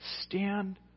Stand